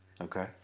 Okay